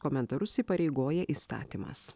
komentarus įpareigoja įstatymas